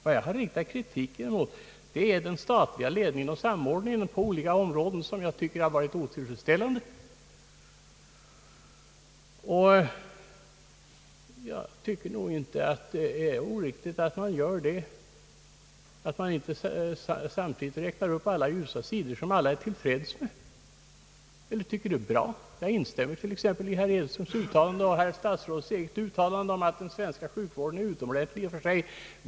Vad jag har kritiserat är den statliga ledningen och samordningen på olika områden, som jag tycker har varit otillfredsställande. Jag tycker inte att det är oriktigt att kritisera utan att samtidigt räkna upp också de ljusa sidorna, som alla är till freds med, Jag instämmer med herr Edströms och statsrådets eget uttalande om att den svenska sjukvården är utomordentlig i och för sig.